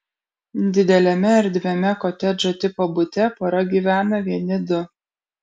dideliame erdviame kotedžo tipo bute pora gyvena vieni du